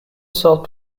solved